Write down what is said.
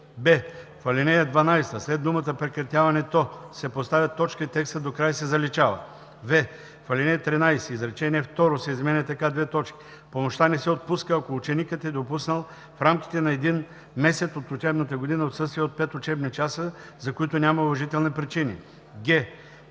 в ал. 12 след думата „прекратяването“ се поставя точка и текстът до края се заличава. в) в ал. 13 изречение второ се изменя така: „Помощта не се отпуска, ако ученикът е допуснал в рамките на един месен от учебната година отсъствия от 5 учебни часа, за които няма уважителни причини. г)